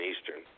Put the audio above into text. Eastern